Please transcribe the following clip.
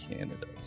Canada